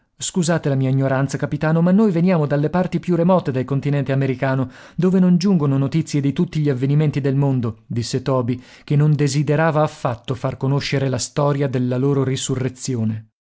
scusate la mia ignoranza capitano ma noi veniamo dalle parti più remote del continente americano dove non giungono notizie di tutti gli avvenimenti del mondo disse toby che non desiderava affatto far conoscere la storia della loro risurrezione